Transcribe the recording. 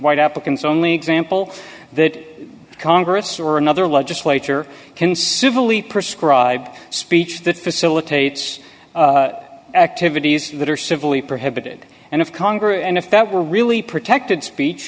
white applicants only example that congress or another legislature conceivably prescribe speech that facilitates activities that are civil of prohibited and of congress and if that were really protected speech